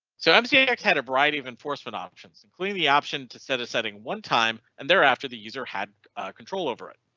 so i'm seeing x had a variety of enforcement options including the option to set a setting one time and there after the user had control over it.